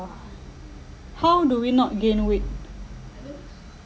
how do we not gain weight